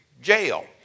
Jail